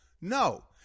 No